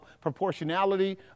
proportionality